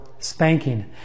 Spanking